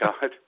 God